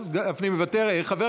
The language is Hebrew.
צביקה, אני רוצה להתנגד לחוק השני.